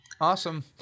Awesome